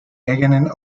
eigenen